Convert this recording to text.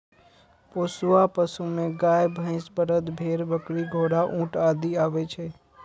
पोसुआ पशु मे गाय, भैंस, बरद, भेड़, बकरी, घोड़ा, ऊंट आदि आबै छै